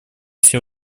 все